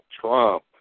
Trump